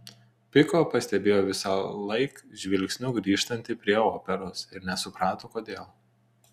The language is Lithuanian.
piko pastebėjo visąlaik žvilgsniu grįžtanti prie operos ir nesuprato kodėl